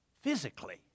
physically